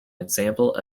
example